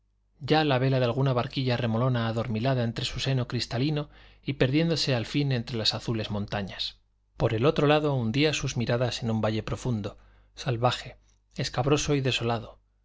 ya la vela de alguna barquilla remolona adormilada entre su seno cristalino y perdiéndose al fin entre las azules montañas por el otro lado hundía sus miradas en un valle profundo salvaje escabroso y desolado